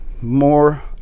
More